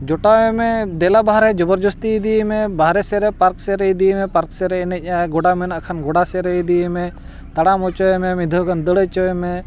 ᱡᱚᱴᱟᱣᱮᱢᱮ ᱫᱮᱞᱟ ᱵᱟᱨᱦᱮ ᱡᱚᱵᱚᱨ ᱡᱚᱥᱛᱤ ᱤᱫᱤᱭᱮᱢᱮ ᱵᱟᱨᱦᱮ ᱥᱮᱫ ᱨᱮ ᱯᱟᱨᱠ ᱥᱮᱫ ᱨᱮ ᱤᱫᱤᱭᱮᱢᱮ ᱯᱟᱨᱠ ᱥᱮᱫ ᱨᱮ ᱮᱱᱮᱡ ᱟᱭ ᱜᱚᱰᱟ ᱢᱮᱱᱟᱜ ᱠᱷᱟᱱ ᱜᱚᱰᱟ ᱥᱮᱫ ᱨᱮ ᱤᱫᱤᱭᱮᱢᱮ ᱛᱟᱲᱟᱢ ᱦᱚᱪᱚᱭᱮᱢᱮ ᱢᱤᱫ ᱫᱷᱟᱣ ᱜᱟᱱ ᱫᱟᱹᱲ ᱦᱚᱪᱚᱭᱮᱢᱮ